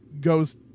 goes